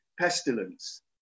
pestilence